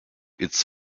its